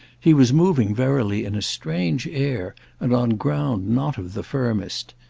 he was moving verily in a strange air and on ground not of the firmest.